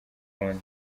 wundi